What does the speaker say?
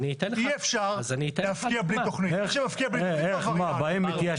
מי שמפקיע בלי תוכנית הוא עבריין.